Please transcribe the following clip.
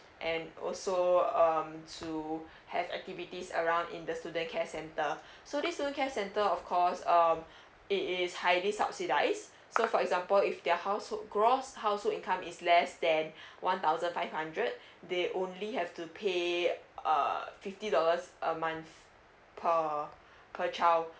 and also um to have activities around in the student care center so this student care center of course um it is highly subsidise so for example if their household gross household income is less than one thousand five hundred they only have to pay uh fifty dollars a month per per child